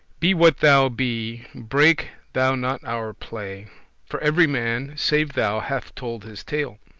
be what thou be, breake thou not our play for every man, save thou, hath told his tale.